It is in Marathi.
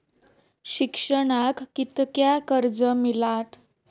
शिक्षणाक कीतक्या कर्ज मिलात?